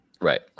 Right